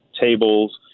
tables